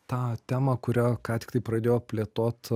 tą temą kurią ką tiktai pradėjo plėtot